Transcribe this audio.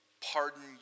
pardon